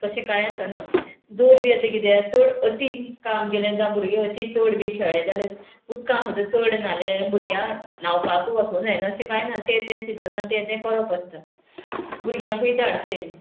तशें कांय आसना जोर बी आतां किदें चड अती काम गेलें जावं भुरगें अती चड बी खेळ्ळें जाल्यार उदकांत चड न्हालें भुरग्यांक न्हांवपाकूय वसोंक जायना अशें कांय ना तें तें सिजनांत तें तें करप आसता भुरग्यांकूय धाडचें